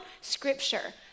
scripture